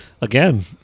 again